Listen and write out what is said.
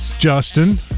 Justin